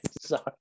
sorry